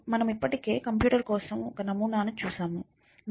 మేము ఇప్పటికే కంప్యూటర్ కోసం నమూనాను చూశాము